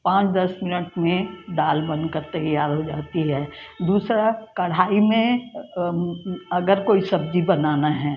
पाँच दस मिनट में दाल बनकर तैयार हो जाती है दूसरा कढ़ाई में अगर कोई सब्जी बनाना है